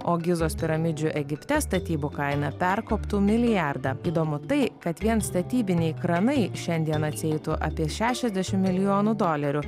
o gizos piramidžių egipte statybų kaina perkoptų milijardą įdomu tai kad vien statybiniai kranai šiandien atsieitų apie šešiasdešim milijonų dolerių